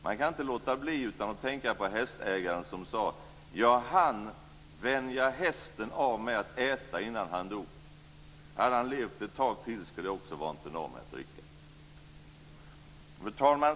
Man kan inte låta bli att tänka på hästägaren som sade: Jag hann vänja hästen av med att äta innan den dog, och hade den bara levt ett tag till skulle jag också vant den av med att dricka. Fru talman!